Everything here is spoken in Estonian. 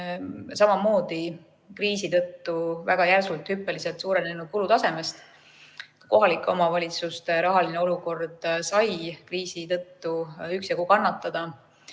samamoodi kriisi tõttu väga järsult, hüppeliselt suurenenud kulutasemest. Kohalike omavalitsuste rahaline olukord sai kriisi tõttu üksjagu kannatada.